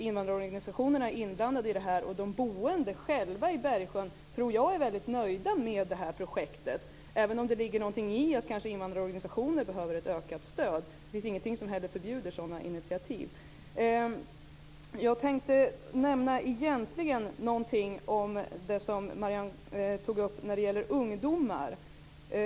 Invandrarorganisationerna är som sagt inblandade i det här. De boende i Bergsjön själva är också, tror jag, väldigt nöjda med det här projektet, även om det kan ligga någonting i att invandrarorganisationerna behöver ett ökat stöd. Det finns heller ingenting som förbjuder sådana initiativ. Jag tänkte egentligen nämna någonting om det Marianne tog upp när det gäller ungdomar.